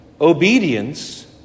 obedience